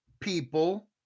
people